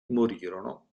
morirono